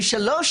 ושלוש,